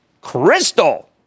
Crystal